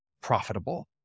profitable